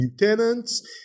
lieutenants